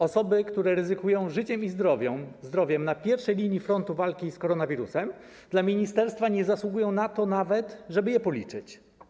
Osoby, które ryzykują życiem i zdrowiem na pierwszej linii frontu walki z koronawirusem, dla ministerstwa nie zasługują nawet na to, żeby je policzyć.